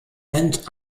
and